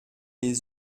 les